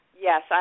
Yes